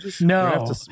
No